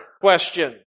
question